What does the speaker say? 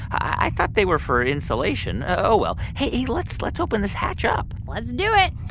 i thought they were for insulation. oh, well hey, let's let's open this hatch up let's do it.